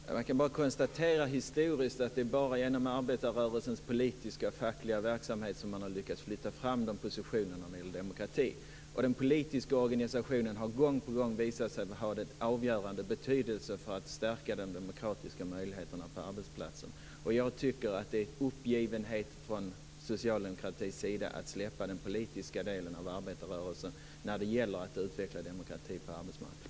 Fru talman! Jag kan bara konstatera att det historiskt bara är genom arbetarrörelsens politiska och fackliga verksamhet som man har lyckats flytta fram positionerna när det gäller demokratin. Den politiska organisationen har gång på gång visat sig ha en avgörande betydelse för att stärka de demokratiska möjligheterna på arbetsplatsen. Jag tycker att det är uppgivenhet från socialdemokratins sida att släppa den politiska delen av arbetarrörelsen när det gäller att utveckla demokratin på arbetsmarknaden.